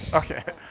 okay.